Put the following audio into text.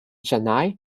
chennai